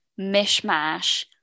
mishmash